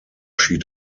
schied